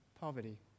poverty